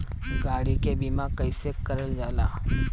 गाड़ी के बीमा कईसे करल जाला?